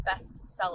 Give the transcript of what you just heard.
bestseller